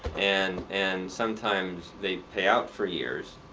and and sometimes they pay out for years.